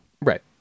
Right